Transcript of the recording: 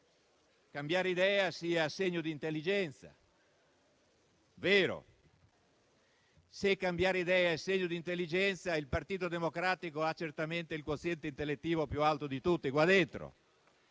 cambiare idea sia segno di intelligenza: è vero. Se cambiare idea è segno di intelligenza, allora il Partito Democratico ha certamente il quoziente intellettivo più alto di tutti in